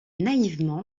naïvement